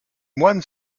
moines